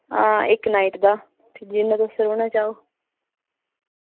आं इक्क नाईट दा ठीक ऐ तुस मजे कन्नै सवो